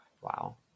Wow